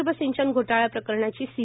विदर्भ सिंचन घोटाळा प्रकरणाची सी